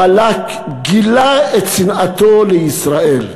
בלק גילה את שנאתו לישראל,